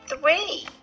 three